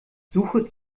suche